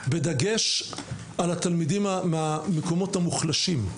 בדגש על התלמידים מהמקומות המוחלשים.